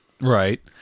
right